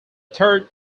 third